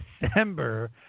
December